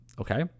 Okay